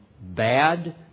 bad